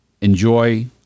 enjoy